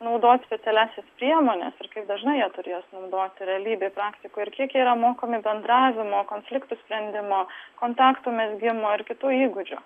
naudoti specialiąsias priemones ir kaip dažnai jie turi jas naudos realybėj praktikoj ir kiek jie yra mokomi bendravimo konfliktų sprendimo kontaktų mezgimo ar kitų įgūdžių